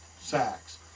sacks